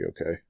okay